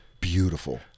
beautiful